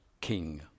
King